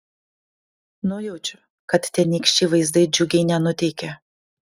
nujaučiu kad tenykščiai vaizdai džiugiai nenuteikė